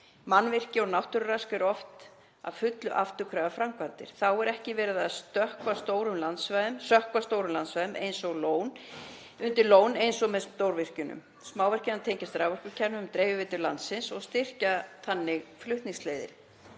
Mannvirki og náttúrurask eru oft að fullu afturkræfar framkvæmdir. Þá er ekki verið að sökkva stórum landsvæðum undir lón eins og með stórvirkjunum. Smávirkjanir tengjast raforkukerfinu um dreifiveitur landsins og styrkja þannig þær flutningsleiðir.